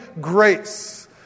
Grace